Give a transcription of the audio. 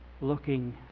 Looking